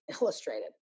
illustrated